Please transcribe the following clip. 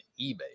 eBay